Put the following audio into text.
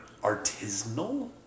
Artisanal